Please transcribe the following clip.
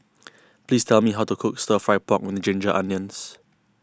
please tell me how to cook Stir Fry Pork with Ginger Onions